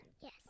Yes